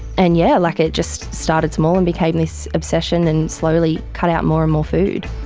and yeah, like it just started small and became this obsession and slowly cut out more and more food.